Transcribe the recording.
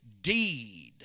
deed